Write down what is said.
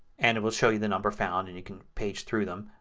and it will show you the number found and you can page through them.